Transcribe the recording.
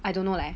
I don't know leh